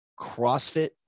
CrossFit